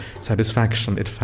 Satisfaction